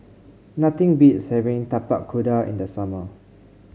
nothing beats having Tapak Kuda in the summer